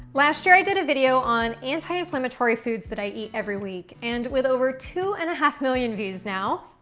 last year i did a video on anti inflammatory foods that i eat every week and with over two and a half million views now,